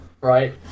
Right